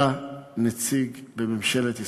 אתה נציג בממשלת ישראל,